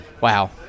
Wow